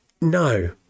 No